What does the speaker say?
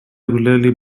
regularly